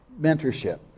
mentorship